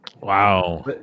wow